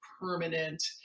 permanent